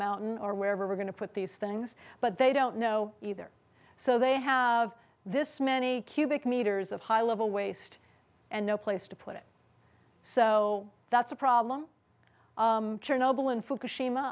mountain or wherever we're going to put these things but they don't know either so they have this many cubic meters of high level waste and no place to put it so that's a problem noble and fukushima